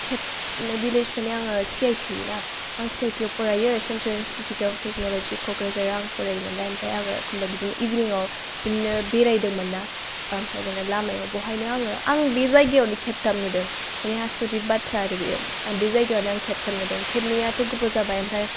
खेब भिलेज माने आङो सिआइटि ना आं सिआइटिआव फरायो सेन्ट्रेल इन्सटिट्युट अफ टेक्न'ल'जि क'क्राझाराव फरायो नालाय ओमफाय आङो होम्बा बिदिनो इभिनिङाव बिदिनो बेरायदोंमोन ना ओमफाय बिदिनो लामायाव बहायनो आङो बे जायगायावनो खेबथाम नुदों माने आस'रिथ बाथ्रा आरो बेयो आं बे जायगायावनो आं खेबथाम नुदों खेबनैयाथ' गोबाव जाबाय ओमफाय